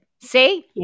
See